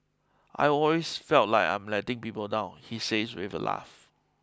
I always feel like I am letting people down he says with a laugh